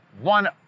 One